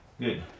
Good